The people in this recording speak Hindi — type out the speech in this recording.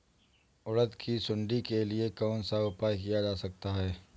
उड़द की सुंडी के लिए कौन सा उपाय किया जा सकता है?